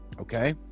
okay